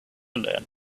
learn